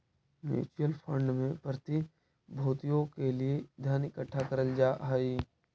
mutual fund में प्रतिभूतियों के लिए धन इकट्ठा करल जा हई